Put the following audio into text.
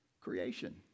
Creation